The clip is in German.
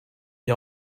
die